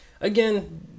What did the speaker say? Again